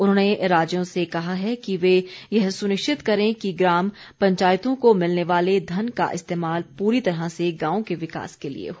उन्होंने राज्यों से कहा है कि वे यह सुनिश्चित करें कि ग्राम पंचायतों को मिलने वाले धन का इस्तेमाल पूरी तरह से गांवों के विकास के लिए हो